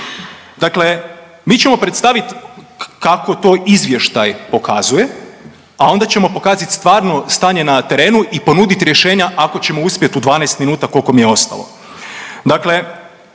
Dakle mi ćemo predstaviti kako to izvještaj pokazuje, a onda ćemo pokazati stvarno stanje na terenu i ponudit rješenja, ako ćemo uspjet u 12 minuta, koliko mi je ostalo.